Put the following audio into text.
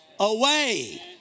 away